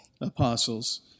apostles